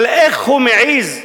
אבל איך הוא מעז,